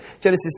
Genesis